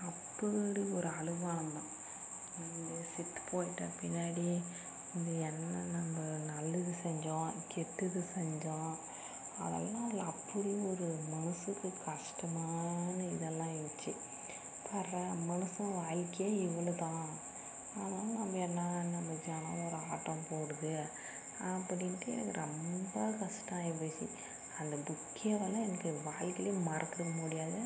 அப்படி ஒரு அழுவ அழுந்தோம் நம்ம செத்து போய்விட்ட பின்னாடி இது என்ன நம்ம நல்லது செஞ்சோம் கெட்டது செஞ்சோம் அதெல்லாம் இல்லை அப்படி ஒரு மனதுக்கு கஷ்டமான இதெல்லாம் இருந்துச்சு பார்ரா மனுஷன் வாழ்க்கையே இவ்வளோ தான் ஆனால் நம்ம என்ன நம்ம ஜனம் ஒரு ஆட்டம் போடுது அப்படின்ட்டு எனக்கு ரொம்ப கஷ்டம் ஆகி போயிடுச்சு அந்த புக்கேவால் எனக்கு வாழ்க்கைலியே மறக்கவே முடியாது